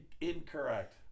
Incorrect